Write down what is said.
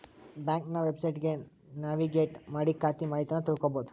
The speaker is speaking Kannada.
ಬ್ಯಾಂಕ್ನ ವೆಬ್ಸೈಟ್ಗಿ ನ್ಯಾವಿಗೇಟ್ ಮಾಡಿ ಖಾತೆ ಮಾಹಿತಿನಾ ತಿಳ್ಕೋಬೋದು